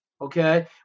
Okay